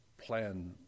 plan